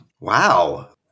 Wow